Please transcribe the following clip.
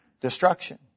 destruction